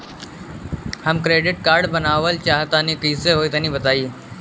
हम credit card बनवावल चाह तनि कइसे होई तनि बताई?